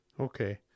Okay